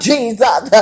Jesus